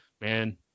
man